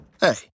Hey